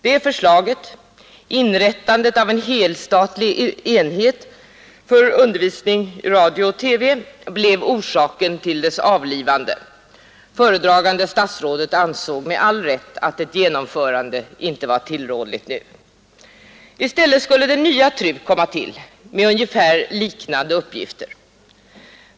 Det förslaget, inrättandet av en helstatlig enhet för undervisning i radio och TV, blev orsaken till dess avlivande; föredragande statsrådet ansåg, med all rätt, att ett genomförande inte var tillrådligt nu. I stället skulle den nya TRU komma till med ungefär liknande uppgifter.